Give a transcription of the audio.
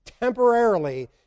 Temporarily